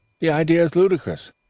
the idea is ludicrous.